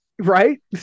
Right